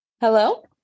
hello